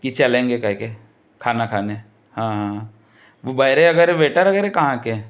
कि चलेंगे कह के खाना खाने हाँ वो बैरे वेटर वगैरह कहाँ के हैं